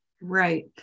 Right